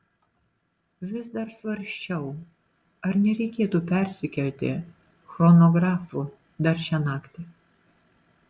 vis dar svarsčiau ar nereikėtų persikelti chronografu dar šią naktį